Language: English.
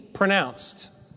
pronounced